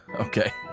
Okay